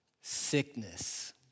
Sickness